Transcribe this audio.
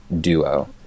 duo